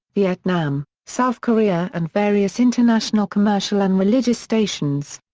vietnam, south korea and various international commercial and religious stations.